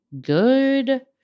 good